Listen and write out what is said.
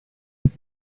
tres